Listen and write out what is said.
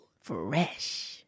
fresh